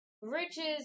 riches